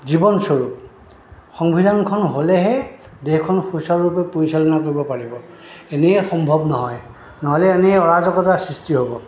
জীৱনস্বৰূপ সংবিধানখন হ'লেহে দেশখন সুচাৰুৰূপে পৰিচালনা কৰিব পাৰিব এনেই সম্ভৱ নহয় নহ'লে এনেই অৰাজকতাৰ সৃষ্টি হ'ব